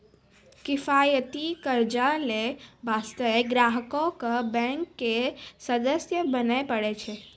किफायती कर्जा लै बास्ते ग्राहको क बैंक के सदस्य बने परै छै